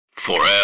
forever